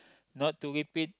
not to repeat